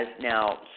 now